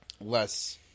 less